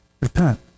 repent